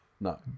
No